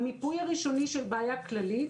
המיפוי הראשוני של בעיה כללית,